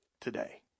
today